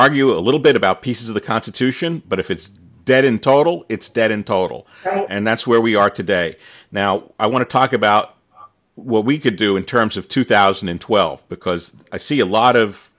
argue a little bit about pieces of the constitution but if it's dead in total it's dead in total and that's where we are today now i want to talk about what we could do in terms of two thousand and twelve because i see a lot of